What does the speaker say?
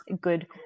good